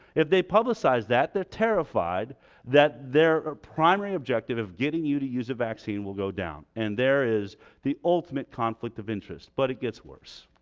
if they publicize that they're terrified that their primary objective of getting you to use a vaccine will go down. and there is the ultimate conflict of interest. but it gets worse.